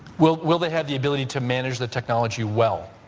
will will they have the ability to manage the technology well?